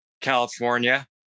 California